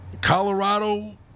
Colorado